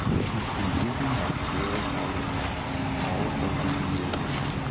she's been digging up rare artifacts all over the area.